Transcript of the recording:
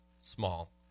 small